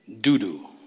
doo-doo